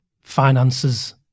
finances